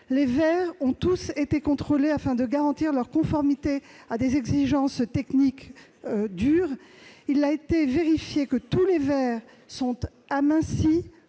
Les verres ont tous été contrôlés, afin de garantir leur conformité à de hautes exigences techniques. Il a été vérifié que tous les verres sont amincis,